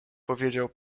powiedział